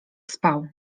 spał